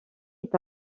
est